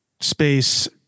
Space